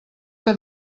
que